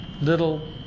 Little